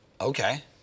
Okay